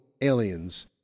aliens